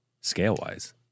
scale-wise